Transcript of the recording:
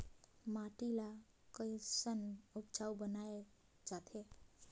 माटी ला कैसन उपजाऊ बनाय जाथे?